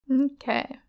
Okay